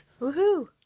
Woohoo